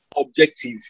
objective